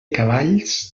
cavalls